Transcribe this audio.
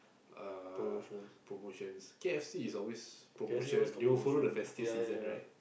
uh promotions K_F_C is always promotion they will follow the festive season right